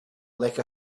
like